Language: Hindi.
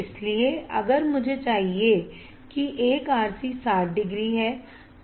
इसलिए अगर मुझे चाहिए कि एक RC 60 डिग्री है